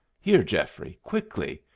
here, geoffrey quickly!